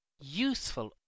useful